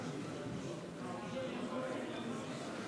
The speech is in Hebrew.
נתקבלה.